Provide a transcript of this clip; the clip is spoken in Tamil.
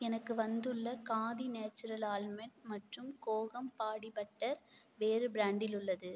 எனக்கு வந்துள்ள காதி நேச்சுரல் ஆல்மண்ட் மற்றும் கோகம் பாடி பட்டர் வேறு பிரான்டில் உள்ளது